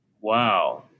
Wow